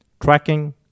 tracking